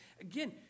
Again